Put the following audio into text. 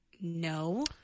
No